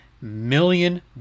million